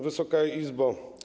Wysoka Izbo!